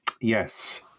Yes